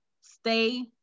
stay